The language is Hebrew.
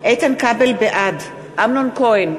בעד אמנון כהן,